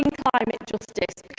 and climate justice